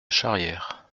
charrière